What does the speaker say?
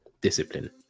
discipline